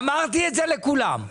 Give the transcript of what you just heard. אמרתי את זה לכולם.